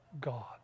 God